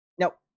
Nope